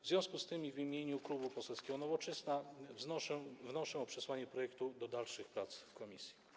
W związku z tym i w imieniu Klubu Poselskiego Nowoczesna wnoszę o przesłanie projektu do dalszych prac w komisji.